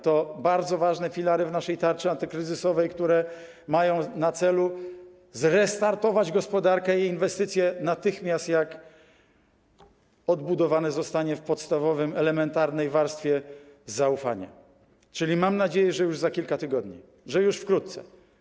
To bardzo ważne filary w naszej tarczy antykryzysowej, które mają na celu zrestartowanie gospodarki i inwestycji, natychmiast jak odbudowane zostanie zaufanie w podstawowej, elementarnej warstwie - czyli mam nadzieję, że już za kilka tygodni, że już wkrótce.